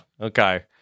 Okay